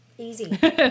Easy